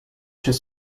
chez